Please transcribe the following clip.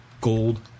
gold